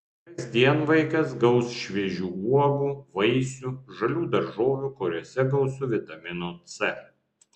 kasdien vaikas gaus šviežių uogų vaisių žalių daržovių kuriose gausu vitamino c